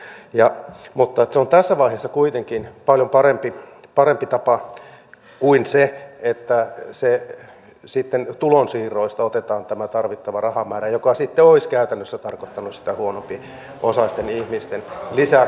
mutta se on tässä vaiheessa kuitenkin paljon parempi tapa kuin se että sitten tulonsiirroista otetaan tämä tarvittava rahamäärä mikä olisi käytännössä tarkoittanut sitä huonompiosaisten ihmisten lisäkuormittamista